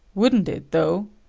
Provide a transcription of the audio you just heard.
wouldn't it, though.